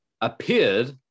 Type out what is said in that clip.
appeared